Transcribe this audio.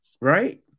right